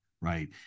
Right